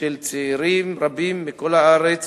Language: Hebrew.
של צעירים רבים מכל הארץ